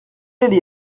allait